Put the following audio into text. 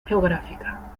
geográfica